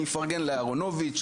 אני אפרגן לאהרונוביץ',